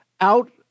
out